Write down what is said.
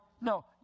No